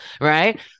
right